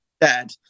dead